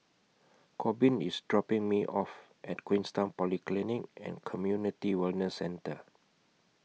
Korbin IS dropping Me off At Queenstown Polyclinic and Community Wellness Centre